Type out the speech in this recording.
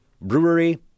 brewery